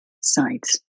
sides